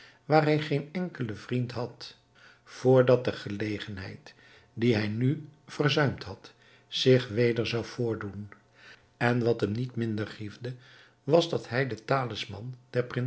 hij geen enkelen vriend had vr dat de gelegenheid die hij nu verzuimd had zich weder zou voordoen en wat hem niet minder griefde was dat hij den talisman der